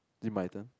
is it my turn